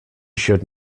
should